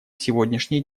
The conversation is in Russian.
сегодняшней